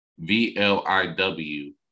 VLIW